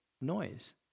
noise